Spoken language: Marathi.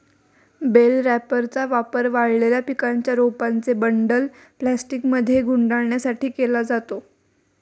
बेल रॅपरचा वापर वाळलेल्या पिकांच्या रोपांचे बंडल प्लास्टिकमध्ये गुंडाळण्यासाठी केला जातो